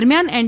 દરમિથાન એન